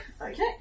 Okay